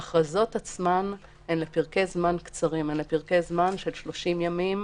ההכרזות עצמן הן לפרקי זמן קצרים של 30 ימים.